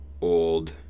old